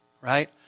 right